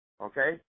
Okay